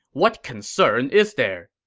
what concern is there?